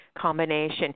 combination